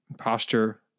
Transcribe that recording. posture